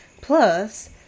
Plus